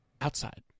outside